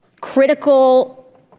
critical